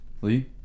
Lee